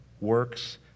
works